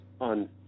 on